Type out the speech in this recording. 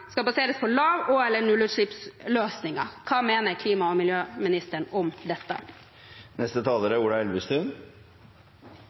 skal baseres på lav- eller nullutslippsløsninger. Hva mener klima- og miljøministeren om